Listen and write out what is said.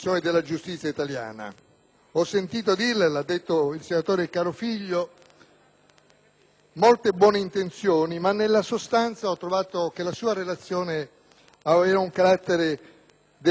molte buone intenzioni, ma nella sostanza ho trovato che la sua relazione aveva un carattere deludente, inadeguato un tono complessivamente burocratico, mentre -